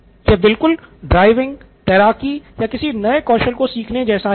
यह बिलकुल ड्राइविंग तैराकी या किसी नए कौशल को सीखने जैसा ही है